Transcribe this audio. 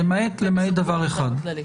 למעט דבר אחד.